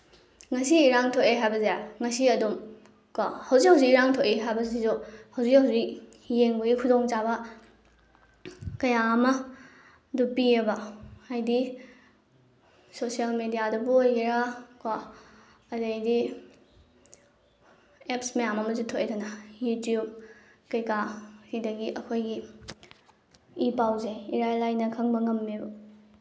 ꯉꯁꯤ ꯏꯔꯥꯡ ꯊꯣꯛꯑꯦ ꯍꯥꯏꯕꯁꯦ ꯉꯁꯤ ꯑꯗꯨꯝ ꯀꯣ ꯍꯧꯖꯤꯛ ꯍꯧꯖꯤꯛ ꯏꯔꯥꯡ ꯊꯣꯛꯑꯦ ꯍꯥꯏꯕꯁꯤꯁꯨ ꯍꯧꯖꯤꯛ ꯍꯧꯖꯤꯛ ꯌꯦꯡꯕꯒꯤ ꯈꯨꯗꯣꯡꯆꯥꯕ ꯀꯌꯥ ꯑꯃ ꯗꯨ ꯄꯤꯌꯦꯕ ꯍꯥꯏꯗꯤ ꯁꯣꯁꯦꯜ ꯃꯦꯗꯤꯌꯥꯗꯕꯨ ꯑꯣꯏꯒꯦꯔꯥ ꯀꯣ ꯑꯗꯒꯤꯗꯤ ꯑꯦꯞꯁ ꯃꯌꯥꯝ ꯑꯃꯁꯨ ꯊꯣꯛꯑꯦꯗꯅ ꯌꯨꯇꯨꯞ ꯀꯩꯀꯥ ꯁꯤꯗꯒꯤ ꯑꯩꯈꯣꯏꯒꯤ ꯏ ꯄꯥꯎꯁꯦ ꯏꯔꯥꯏ ꯂꯥꯏꯅ ꯈꯪꯕ ꯉꯝꯃꯦꯕ